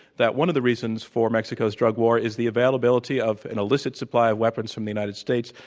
that one of the reasons for mexico's drug war is the availability of an illicit supply of weapons from the united states.